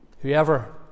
whoever